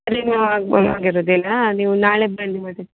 ಅದೇನು ಆಗಿರೋದಿಲ್ಲಾ ನೀವು ನಾಳೆ ಬನ್ನಿ ಮತ್ತು